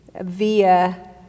via